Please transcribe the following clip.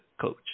Coach